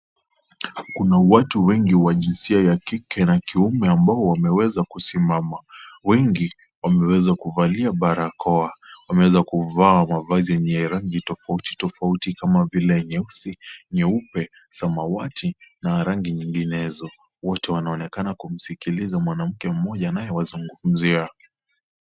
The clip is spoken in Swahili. Kuna watu wengi wa jinsia wa kike na kiume ambao wameweza kusimama ,wengi wameweza kuvalia barakoa , wameweza kuvaa mavazi tofauti tofauti kama Vile nyeusi, nyeupe , samawati na rangi nyinginezo . Wote wanaonekana kumsikiliza mmoja anayewazungumzia.